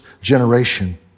generation